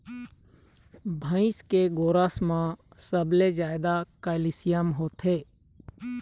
भइसी के गोरस म सबले जादा कैल्सियम होथे